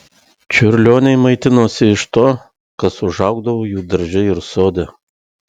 čiurlioniai maitinosi iš to kas užaugdavo jų darže ir sode